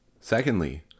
Secondly